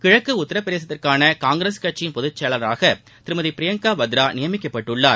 கிழக்கு உத்தரப்பிரதேசத்திற்கான காங்கிரஸ் கட்சியின் பொதுச்செயவாளராக திருமதி பிரியங்கா வத்ரா நியமிக்கப்பட்டுள்ளார்